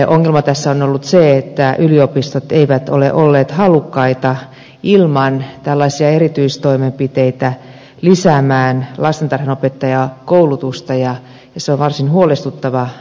ongelma tässä on ollut se että yliopistot eivät ole olleet halukkaita ilman tällaisia erityistoimenpiteitä lisäämään lastentarhanopettajakoulutusta ja se on varsin huolestuttava asia